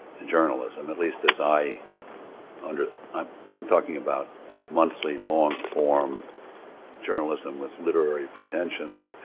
journalism, at least as i under, i'm i'm talking about monthly long form journalism with literary pretentions.